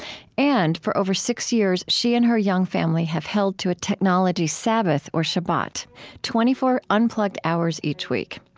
and for over six years she and her young family have held to a technology sabbath or shabbat twenty four unplugged hours each week.